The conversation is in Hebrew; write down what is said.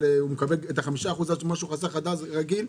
הוא מקבל את ה-5% על מה שהוא חסך עד אז רגיל?